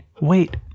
wait